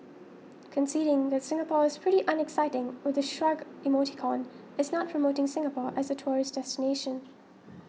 conceding that Singapore is pretty unexciting with the shrug emoticon is not promoting Singapore as a tourist destination